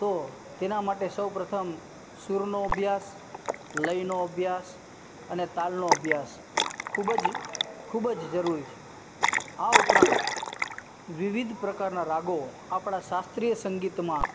તો તેના માટે સૌપ્રથમ સૂરનો અભ્યાસ લયનો અભ્યાસ અને તાલનો અભ્યાસ ખૂબ જ ખૂબ જ જરૂરી છે આ ઉપરાંત વિવિધ પ્રકારના રાગો આપણા શાસ્ત્રીય સંગીતમાં